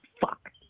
Fuck